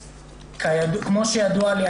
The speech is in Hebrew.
כמו שידוע לי,